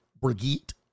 Brigitte